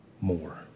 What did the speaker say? more